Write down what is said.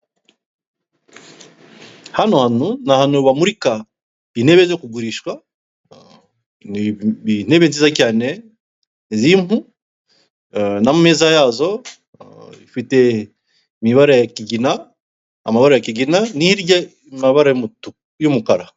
Hano hantu, ni ahantu bamurika intebe zo kugurishwa, ni intebe nziza cyane z'impu n'ameza yazo, ifite mu ibara ya kigina, amabara ya kigina, hirya amabara y'umukara.